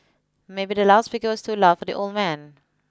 maybe the loud speaker's was too loud for the old man